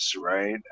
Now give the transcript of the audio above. right